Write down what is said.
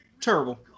terrible